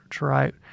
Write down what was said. right